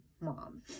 Mom